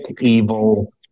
evil